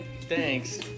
Thanks